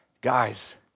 guys